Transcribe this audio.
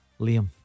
Liam